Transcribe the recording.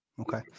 okay